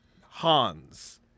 Hans